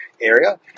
area